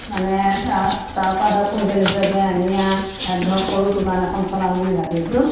মানে তা তাৰপৰা ধৰক কুইণ্টল হিচাপে আনি আ ইয়াত ধৰক সৰু দোকান এখন চলাম বুলি ভাবিছোঁ